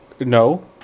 no